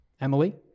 Emily